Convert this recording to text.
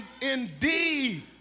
indeed